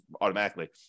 automatically